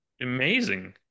amazing